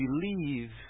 believe